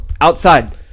Outside